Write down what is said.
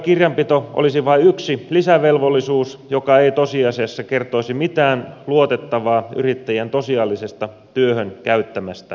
työaikakirjanpito olisi vain yksi lisävelvollisuus joka ei tosiasiassa kertoisi mitään luotettavaa yrittäjän tosiasiallisesta työhön käyttämästä ajasta